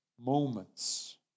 moments